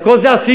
את כל זה עשינו.